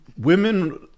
women